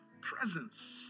presence